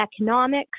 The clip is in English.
economics